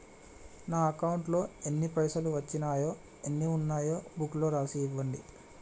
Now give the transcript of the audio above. నా అకౌంట్లో ఎన్ని పైసలు వచ్చినాయో ఎన్ని ఉన్నాయో బుక్ లో రాసి ఇవ్వండి?